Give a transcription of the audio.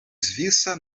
svisa